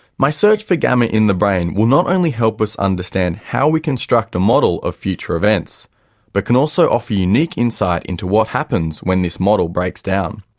my search for gamma in the brain will not only help us understand how we construct a model of future events but can also offer a unique insight into what happens when this model breaks down.